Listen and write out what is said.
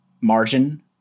margin